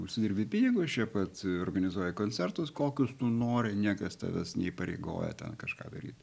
užsidirbi pinigus čia pat organizuoji koncertus kokius tu nori niekas tavęs neįpareigoja ten kažką daryt